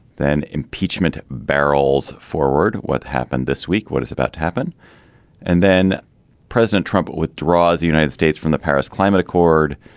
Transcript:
then impeachment barrels forward. what happened this week. what is about to happen and then president trump withdraws the united states from the paris climate accord.